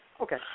Okay